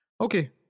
Okay